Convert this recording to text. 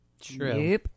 True